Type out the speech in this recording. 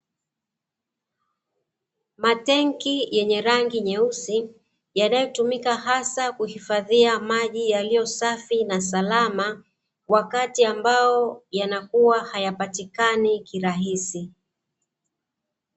Matenki yenye rangi nyeusi yanayotumika hasa kuhifadhia maji yaliyo safi na salama, wakati ambao yanakua hayapatikani kirahisi.